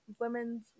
women's